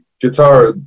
guitar